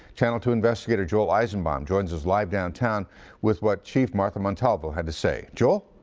channel two investigator joel eisenbaum joins us live downtown with what chief martha montalvo had to say. joel?